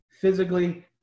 physically